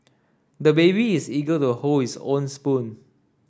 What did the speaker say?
the baby is eager to hold his own spoon